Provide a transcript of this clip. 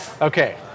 Okay